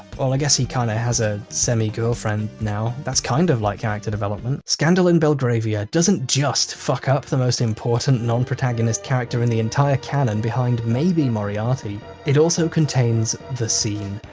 well, i guess he kind of has a semi-girlfriend now that's kind of like character development? scandal in belgravia doesn't just fuck up the most important non-protagonist character in the entire canon behind maybe moriarty it also contains the scene